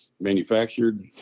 manufactured